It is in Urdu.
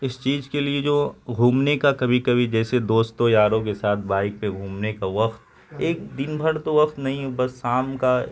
اس چیز کے لیے جو گھومنے کا کبھی کبھی جیسے دوستوں یاروں کے ساتھ بائیک پہ گھومنے کا وقت اک دن بھر تو وقت نہیں بس شام کا